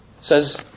says